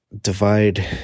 divide